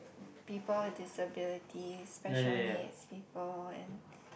people disability special needs people and